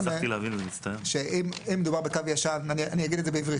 אני אגיד את זה בעברית.